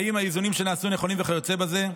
האם האיזונים שנעשו נכונים, וכיוצא בזה.